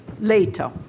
later